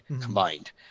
combined